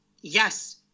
yes